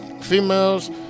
Females